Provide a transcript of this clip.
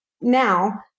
now